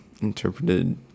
interpreted